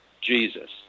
jesus